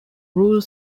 rule